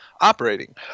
operating